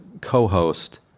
co-host